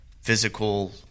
physical